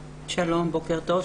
שלום, בוקר טוב.